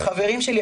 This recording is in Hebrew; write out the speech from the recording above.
חברים שלי,